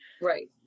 right